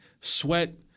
Sweat